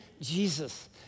Jesus